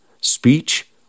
Speech